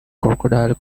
crocodile